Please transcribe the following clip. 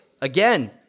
again